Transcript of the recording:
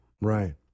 right